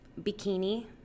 bikini